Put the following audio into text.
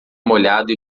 molhado